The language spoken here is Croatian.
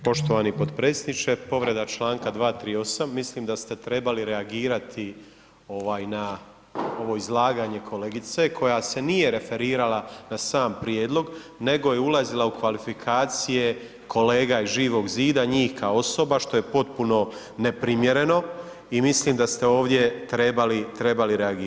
Poštovani potpredsjedniče, povreda članka 238., mislim da ste trebali reagirati na ovo izlaganje kolegice koja se nije referirala na sam prijedlog nego je ulazila u kvalifikacije kolega iz Živoga zida, njih kao osoba, što je potpuno neprimjereno i mislim da ste ovdje trebali reagirati.